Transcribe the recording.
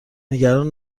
نگران